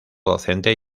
docente